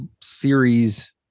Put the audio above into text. series